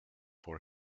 for